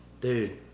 Dude